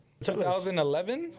2011